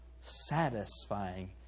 satisfying